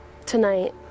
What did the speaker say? tonight